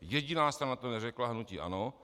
Jediná strana to neřekla hnutí ANO.